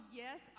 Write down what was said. yes